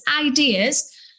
ideas